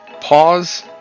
Pause